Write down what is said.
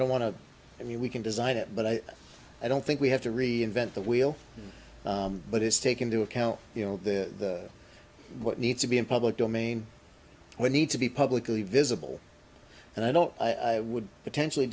don't want to i mean we can design it but i i don't think we have to reinvent the wheel but it's take into account you know the what needs to be in public domain we need to be publicly visible and i don't i would potentially